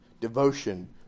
devotion